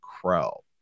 Crow